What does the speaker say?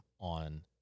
on